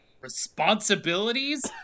responsibilities